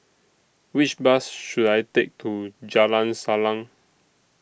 Which Bus should I Take to Jalan Salang